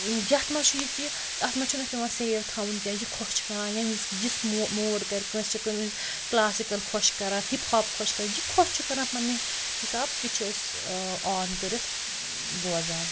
یَتھ منٛز چھُ یہِ کہِ اَتھ منٛز چھُنہٕ اسہِ پیٚوان سیو تھاوُن کیٚنٛہہ یہِ خۄش چھُ کَران ییٚمہِ وِزِ یُس موڈ کَرِ کٲنٛسہِ چھِ کُنہِ وِز کٕلاسِکٕل خۄش کَران ہِپ ہاپ خۄش کَران یہِ خۄش چھُ کَران پننہِ حِسابہٕ تہِ چھِ أسۍ آن کٔرِتھ بوزان